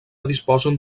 disposen